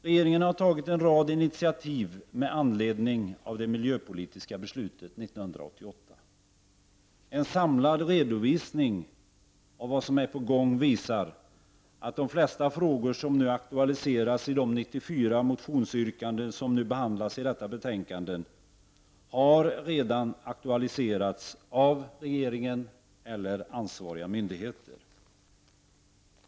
Regeringen har tagit en rad initiativ med anledning av det miljöpolitiska beslutet 1988. En samlad redovisning av vad som är på gång visar att de flesta frågor som nu tas upp i de 94 motionsyrkanden som behandlas i detta betänkande redan har aktualiserats av regeringen eller ansvariga myndigheter.